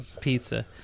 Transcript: pizza